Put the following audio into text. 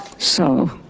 so,